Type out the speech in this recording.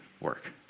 work